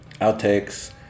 outtakes